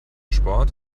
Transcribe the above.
sport